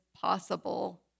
possible